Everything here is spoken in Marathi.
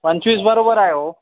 पंचवीस बरोबर आहे ओ